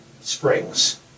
Springs